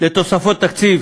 לתוספות תקציב